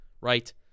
right